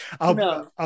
no